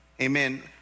Amen